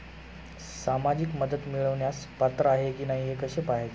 सामाजिक मदत मिळवण्यास पात्र आहे की नाही हे कसे पाहायचे?